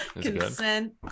Consent